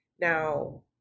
Now